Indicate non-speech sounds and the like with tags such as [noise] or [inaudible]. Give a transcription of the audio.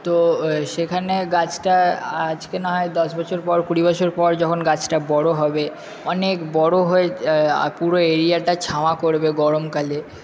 তো [unintelligible] সেখানে গাছটা আজকে না হয় দশ বছর পর কুড়ি বছর পর যখন গাছটা বড় হবে অনেক বড় হয়ে পুরো এরিয়াটা ছায়া করবে গরমকালে